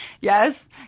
yes